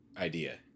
idea